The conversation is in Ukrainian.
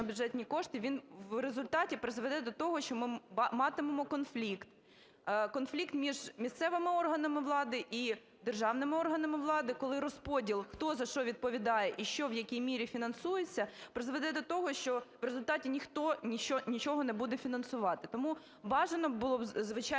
бюджетні кошти, він в результаті призведе до того, що ми матимемо конфлікт, конфлікт між місцевими органами влади і державними органами влади, коли розподіл, хто за що відповідає і що в якій мірі фінансується, призведе до того, що в результаті ніхто нічого не буде фінансувати. Тому бажано було б, звичайно,